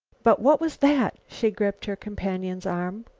but what was that? she gripped her companion's arm.